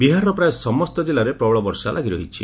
ବିହାରର ପ୍ରାୟ ସମସ୍ତ ଜିଲ୍ଲାରେ ପ୍ରବଳ ବର୍ଷା ଲାଗିରହିଛି